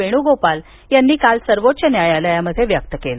वेणूगोपाल यांनी काल सर्वोच्च न्यायालयात व्यक्त केलं